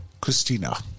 Christina